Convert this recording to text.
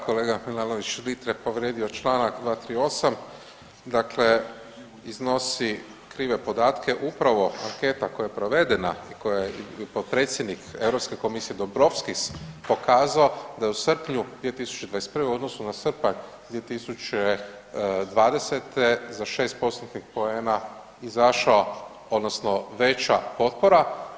Kolega Milanović Litre je povrijedio čl. 238., dakle iznosi krive podatke upravo anketa koja je provedena i koju je potpredsjednik Europske komisije Dombrovskis pokazao da je u srpnju 2021. u odnosu na srpanj 2020. za 6 postotnih poena izašao odnosno veća potpora.